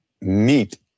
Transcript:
meet